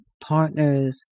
partners